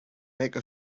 make